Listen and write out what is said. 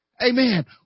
Amen